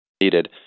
needed